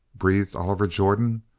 breathed oliver jordan.